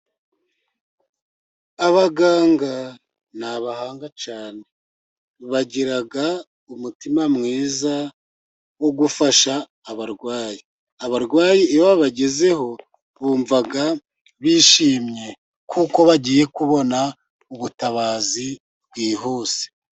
Abaganga ni abahanga cyane bagira umutima mwiza wo gufasha abarwayi, abarwayi iyo babagezeho bumva bishimye, kuko bagiye kubona ubutabazi bwihuse.